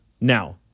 Now